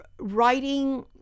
writing